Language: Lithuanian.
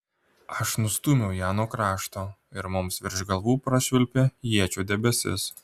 aš nustūmiau ją nuo krašto ir mums virš galvų prašvilpė iečių debesis